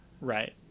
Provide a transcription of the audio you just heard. Right